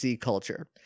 culture